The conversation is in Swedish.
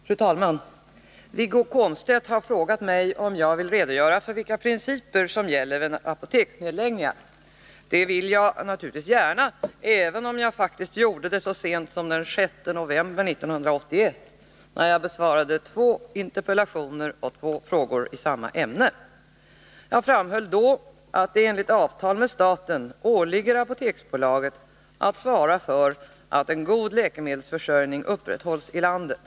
Fru talman! Wiggo Komstedt har frågat mig om jag vill redogöra för vilka principer som gäller vid apoteksnedläggningar. Det vill jag gärna, även om jag gjorde det så sent som den 6 november 1981, då jag besvarade två interpellationer och två frågor i samma ämne. Jag framhöll då att det enligt avtal med staten åligger Apoteksbolaget att svara för att en god läkemedelsförsörjning upprätthålls i landet.